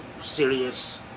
serious